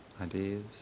ideas